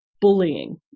bullying